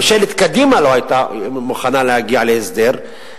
ממשלת קדימה לא היתה מוכנה להגיע להסדר,